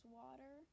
water